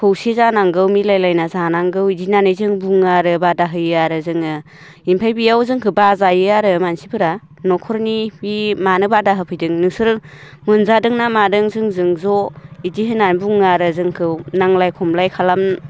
खौसे जानांगौ मिलाय लायना जानांगौ बिदि होननानै जों बुङो आरो बादा होयो आरो जोङो ओमफ्राय बेयाव जोंखौ बाजायो आरो मानसिफोरा न'खरनि बे मानो बादा होफैदों नोंसोरो मोनजादों ना मादों जोंजों ज' बिदि होननानै बुङो आरो जोंखौ नांज्लाय खमलाय खालाम